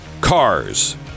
cars